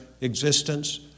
existence